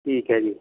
ਠੀਕ ਹੈ ਜੀ